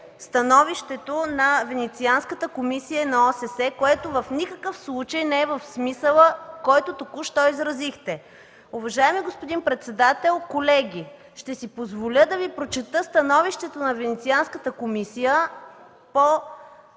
становището на Венецианската комисия и на ОССЕ, което в никакъв случай не е в смисъла, който току-що изразихте. Уважаеми господин председател, колеги, ще си позволя да Ви прочета становището на Венецианската комисия по темата: